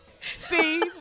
Steve